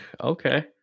Okay